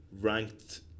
ranked